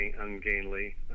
ungainly